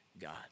god